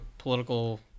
political